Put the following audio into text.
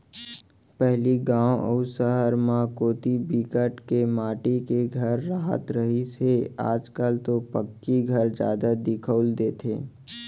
पहिली गाँव अउ सहर म कोती बिकट के माटी के घर राहत रिहिस हे आज कल तो पक्की घर जादा दिखउल देथे